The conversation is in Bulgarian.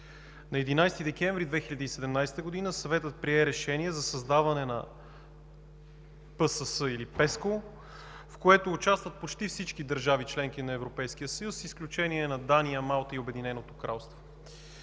На 11 декември 2017 г. Съветът прие Решение за създаване на ПСС или ПЕСКО, в което участват почти всички държави – членки на Европейския съюз, с изключение на Дания, Малта и Обединеното кралство.